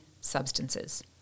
substances